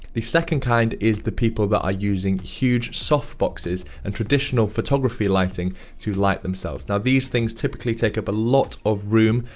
the second kind is the people that are using huge softboxes and traditional photography lighting to light themselves. now, these things typically take up a lot of room,